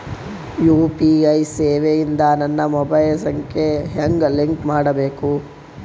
UPI ಸೇವೆ ಇಂದ ನನ್ನ ಮೊಬೈಲ್ ಸಂಖ್ಯೆ ಹೆಂಗ್ ಲಿಂಕ್ ಮಾಡಬೇಕು?